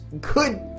good